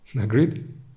Agreed